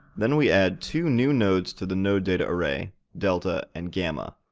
then, we add two new nodes to the nodedataarray, delta and gamma,